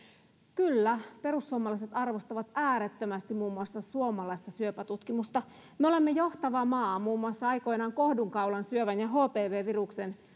kyllä perussuomalaiset arvostavat äärettömästi muun muassa suomalaista syöpätutkimusta me olimme johtava maa muun muassa aikoinaan kohdunkaulan syövän ja hpv viruksen